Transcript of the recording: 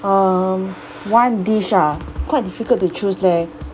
um one dish ah quite difficult to choose leh